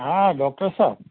હા doctor sir